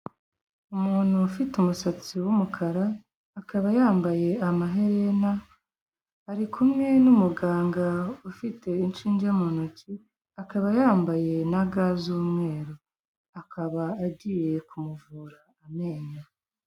Umuntu ufite umusatsi w'umukara, akaba yambaye amaherena, ari kumwe n'umuganga ufite inshinge mu ntoki, akaba yambaye na ga z'umweru. Akaba agiye kumuvura amenyo.